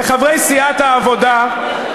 צריך להעמיד את חבר הכנסת פריג' וחברי סיעת העבודה,